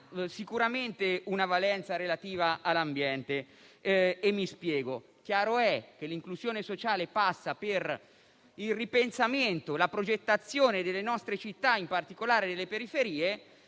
sicuramente una valenza relativa all'ambiente. È chiaro che l'inclusione sociale passa per il ripensamento e la progettazione delle nostre città, in particolare delle periferie,